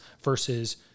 versus